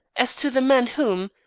as to the man whom,